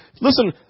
listen